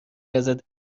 ازت